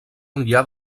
enllà